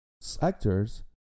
sectors